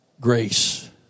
Grace